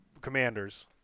Commanders